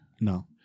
No